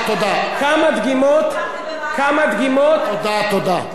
אתם דיברתם במהלך ארבע שנים.